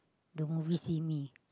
the movie see me